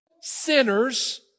sinners